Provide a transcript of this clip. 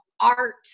art